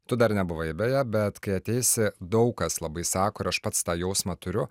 tu dar nebuvai beje bet kai ateisi daug kas labai sako ir aš pats tą jausmą turiu